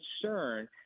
concern